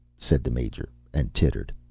said the major, and tittered.